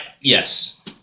Yes